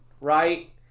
right